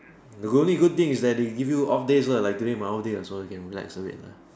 the only good things that they give you off days lah like today my off day lah so I can relax a bit lah